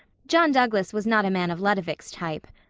john douglas was not a man of ludovic's type.